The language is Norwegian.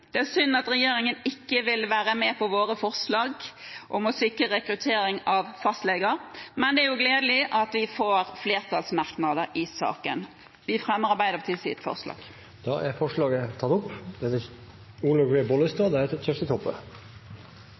Det er synd at regjeringspartiene ikke ville være med på vårt forslag om å sikre rekruttering av fastleger, men det er gledelig at vi får flertallsmerknader i saken. Vi fremmer forslaget fra Arbeiderpartiet, Kristelig Folkeparti og Senterpartiet. Representanten Ruth Grung har tatt opp det